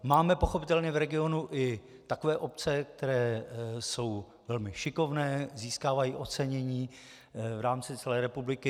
Máme pochopitelně v regionu i takové obce, které jsou velmi šikovné, získávají ocenění v rámci celé republiky.